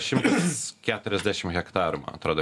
šimtas keturiasdešim hektarų man atrodo